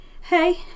Hey